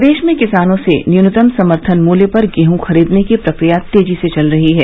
प्रदेश में किसानों से न्यूनतम समर्थन मूल्य पर गेहूँ खरीदने की प्रक्रिया तेजी से चल रही है